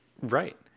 right